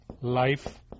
life